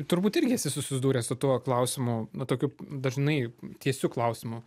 turbūt irgi esi susidūręs su tuo klausimu na tokiu dažnai tiesiu klausimu